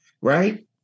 right